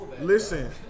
Listen